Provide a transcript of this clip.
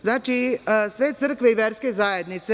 Znači, sve crkve i verske zajednice.